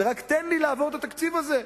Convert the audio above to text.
ורק תן לי לעבור את התקציב הזה.